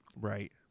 Right